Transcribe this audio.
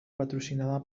patrocinada